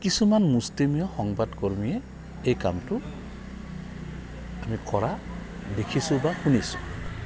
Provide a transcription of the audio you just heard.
কিছুমান মুষ্টিমীয় সংবাদকৰ্মীয়ে এই কামটো আমি কৰা দেখিছোঁ বা শুনিছোঁ